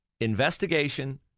investigation